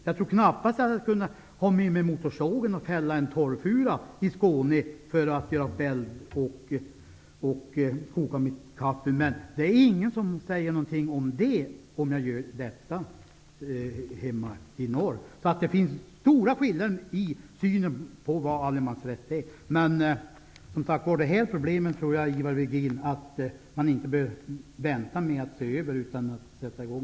Jag tror knappast att jag skulle kunna ta med mig motorsågen och fälla en torrfura i Skåne för att göra upp eld och koka mitt kaffe, men det är ingen som säger någonting om jag gör detta hemma i norr. Det finns alltså stora skillnader i synen på allemansrätten. Man bör inte vänta med att se över de här problemen, Ivar Virgin, utan man måste sätta i gång.